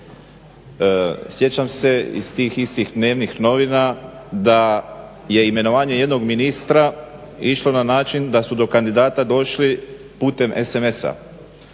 Sjećam se iz tih istih dnevnih novina da je imenovanje jednog ministra išlo na način da su do kandidata došli putem sms-a.